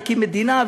הקים מדינה,